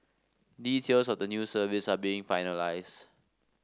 details of the new service are being finalised